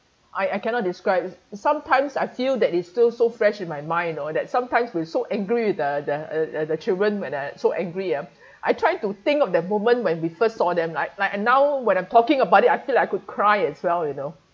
I I cannot describe sometimes I feel that it's still so fresh in my mind and all that sometimes we're so angry with the the uh the children when I so angry ah I try to think of the moment when we first saw them like like uh now when I'm talking about it I feel I could cry as well you know